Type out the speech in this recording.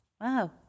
wow